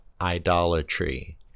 idolatry